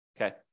okay